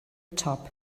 top